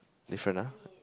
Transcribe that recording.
different ah